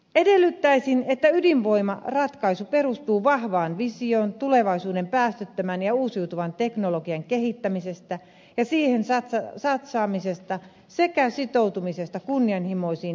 edellyttäisin että ydinvoimaratkaisu perustuu vahvaan visioon tulevaisuuden päästöttömän ja uusiutuvan teknologian kehittämisestä ja siihen satsaamisesta sekä sitoutumisesta kunnianhimoisiin energiansäästötavoitteisiin